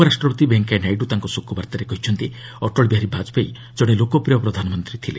ଉପରାଷ୍ଟ୍ରପତି ଭେଙ୍କୟା ନାଇଡୁ ତାଙ୍କର ଶୋକ ବାର୍ତ୍ତାରେ କହିଛନ୍ତି ଅଟଳବିହାରୀ ବାଜପେୟୀ କଣେ ଲୋକପ୍ରିୟ ପ୍ରଧାନମନ୍ତ୍ରୀ ଥିଲେ